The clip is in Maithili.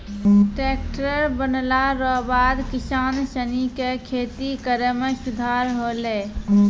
टैक्ट्रर बनला रो बाद किसान सनी के खेती करै मे सुधार होलै